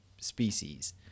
species